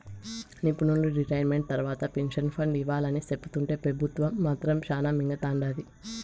నిపునులు రిటైర్మెంట్ తర్వాత pension fund ఇవ్వాలని సెప్తుంటే పెబుత్వం మాత్రం శానా మింగతండాది